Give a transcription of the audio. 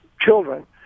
children